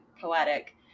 poetic